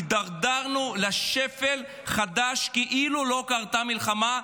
הידרדרנו לשפל חדש כאילו לא קרתה מלחמה,